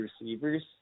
receivers